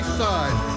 side